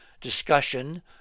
discussion